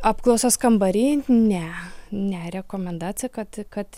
apklausos kambary ne ne rekomendacija kad kad